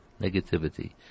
negativity